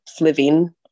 living